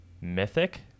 Mythic